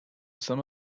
some